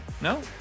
No